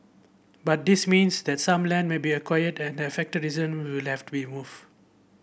but this means that some land may be acquired and affected resident will left to be move